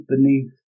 beneath